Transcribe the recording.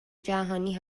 جهانی